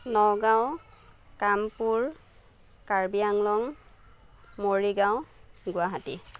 Nagaon Kampur Karbi Anglong Morigaon Guwahati